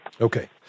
Okay